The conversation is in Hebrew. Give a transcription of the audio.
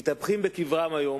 מתהפכים בקברם היום